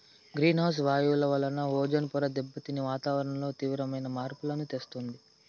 green house వాయువుల వలన ozone పొర దెబ్బతిని వాతావరణంలో తీవ్రమైన మార్పులను తెస్తుంది